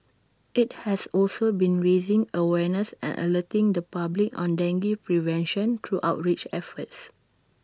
IT has also been raising awareness and alerting the public on dengue prevention through outreach efforts